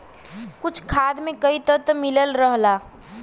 कुछ खाद में कई तत्व मिलल रहला